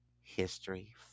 History